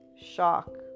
shock